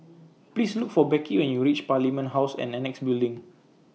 Please Look For Becky when YOU REACH Parliament House and Annexe Building